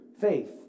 faith